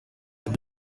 lick